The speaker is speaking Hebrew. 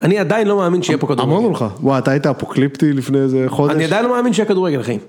אני עדיין לא מאמין שיהיה פה כדורגל. אמרנו לך. וואי, אתה היית אפוקליפטי לפני איזה חודש. אני עדיין לא מאמין שיהיה כדורגל, אחי.